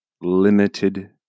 limited